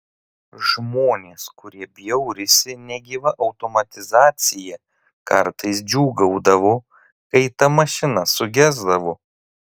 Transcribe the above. žmonės kurie bjaurisi negyva automatizacija kartais džiūgaudavo kai ta mašina sugesdavo